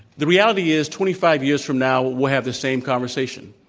the reality is twenty five years from now we'll have this same conversation.